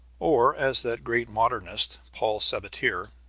or as that great modernist, paul sabatier,